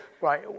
right